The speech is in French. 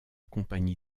compagnie